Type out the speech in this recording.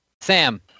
Sam